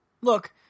Look